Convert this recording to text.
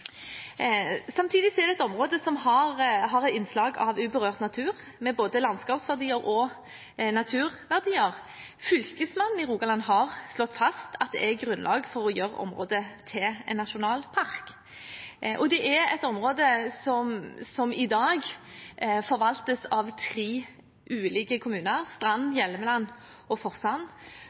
område som har innslag av uberørt natur med både landskapsverdier og naturverdier. Fylkesmannen i Rogaland har slått fast at det er grunnlag for å gjøre området til en nasjonalpark. Det er et område som i dag forvaltes av tre ulike kommuner: Strand, Hjelmeland og Forsand.